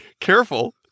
Careful